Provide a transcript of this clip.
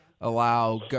allow